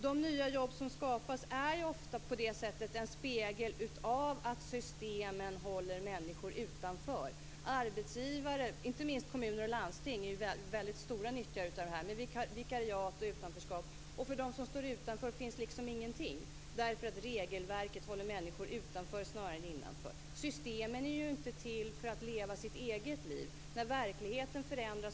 De nya jobb som skapas är ofta på det sättet en spegel av att systemen håller människor utanför. Arbetsgivare, inte minst kommuner och landsting, är väldigt stora nyttjare av det här med vikariat och utanförskap. För dem som står utanför finns det ingenting därför att regelverket håller människor utanför snarare än innanför. Systemen är inte till för att leva sitt eget liv, utan verkligheten förändras.